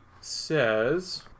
says